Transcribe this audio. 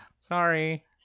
Sorry